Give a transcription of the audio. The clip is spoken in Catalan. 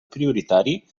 prioritari